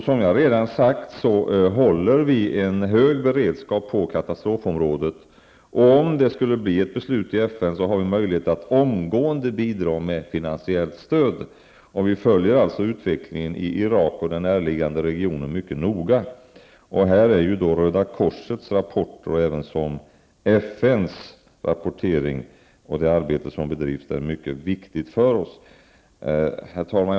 Som jag redan sagt håller vi en hög beredskap på katastrofområdet, och om det blir ett beslut i FN har vi möjlighet att omgående bidra med finansiellt stöd. Vi följer alltså utvecklingen i Irak och den närliggande regionen mycket noga. Härvidlag är rapporteringen från Röda korset och även FN liksom det arbete som bedrivs där något som är mycket viktigt för oss. Herr talman!